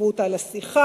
חייבו אותה על השיחה,